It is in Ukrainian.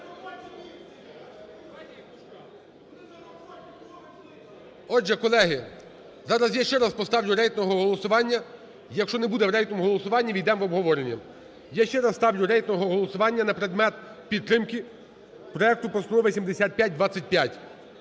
Отже, колеги, зараз я ще раз поставлю рейтингове голосування, якщо не буде в рейтинговому голосуванні, ввійдемо в обговорення. Я ще раз ставлю рейтингове голосування на предмет підтримки проекту Постанови 7525.